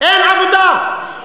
אין עבודה?